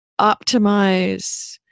optimize